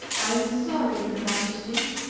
i'm sorry, your majesty,